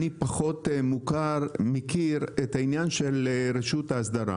אני פחות מכיר את העניין של רשות האסדרה